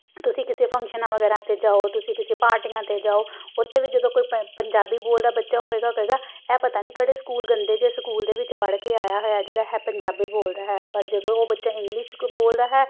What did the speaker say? ਤੁਸੀਂ ਕਿਸੇ ਫੰਕਸ਼ਨਾਂ ਵਗੈਰਾ 'ਤੇ ਜਾਓ ਤੁਸੀਂ ਕਿਸੇ ਪਾਰਟੀਆਂ 'ਤੇ ਜਾਓ ਉੱਥੇ ਵੀ ਜਦੋਂ ਕੋਈ ਪ ਪੰਜਾਬੀ ਬੋਲਦਾ ਬੱਚਾ ਹੋਵੇਗਾ ਕਹੇਗਾ ਇਹ ਪਤਾ ਨਹੀਂ ਕਿਹੜੇ ਸਕੂਲ ਗੰਦੇ ਜਿਹੇ ਸਕੂਲ ਦੇ ਵਿੱਚ ਪੜ੍ਹ ਕੇ ਆਇਆ ਹੋਇਆ ਜਿਹੜਾ ਹੈ ਪੰਜਾਬੀ ਬੋਲਦਾ ਹੈ ਪਰ ਜਦੋਂ ਉਹ ਬੱਚਾ ਇੰਗਲਿਸ਼ ਕੋਈ ਬੋਲਦਾ ਹੈ